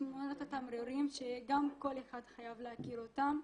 התמונות של התמרורים שגם כל אחד חייב להכיר אותם.